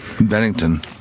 Bennington